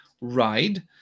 ride